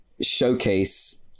showcase